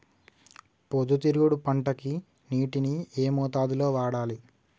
పొద్దుతిరుగుడు పంటకి నీటిని ఏ మోతాదు లో వాడాలి?